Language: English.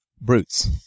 brutes